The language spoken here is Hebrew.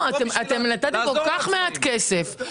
אתם נתתם כל כך מעט כסף.